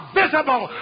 visible